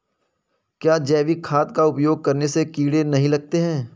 क्या जैविक खाद का उपयोग करने से कीड़े नहीं लगते हैं?